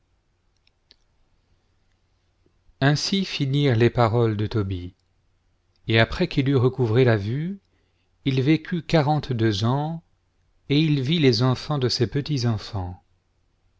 ainsi finirent les paroles de tobie et après qu'il eut recouvré la vue il vécut quarante-deux ans et il vit les enfants de ses